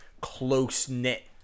close-knit